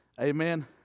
Amen